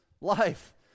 life